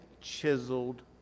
chiseled